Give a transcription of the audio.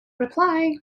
reply